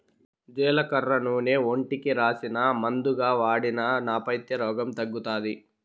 జీలకర్ర నూనె ఒంటికి రాసినా, మందుగా వాడినా నా పైత్య రోగం తగ్గుతాది